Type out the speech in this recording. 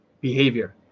behavior